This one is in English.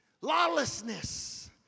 lawlessness